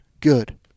Good